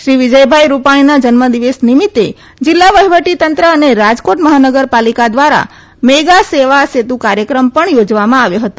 શ્રી વિજયભાઇ રૂપાણીના જન્મદિવસ નિમિત્તે જિલ્લા વહીવટીતંત્ર અને રાજકોટ મહાનગરપાલિકા દ્વારા મેગા સેવા સેતુ કાર્થક્રમ પણ થોજવામાં આવ્યો હતો